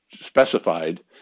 specified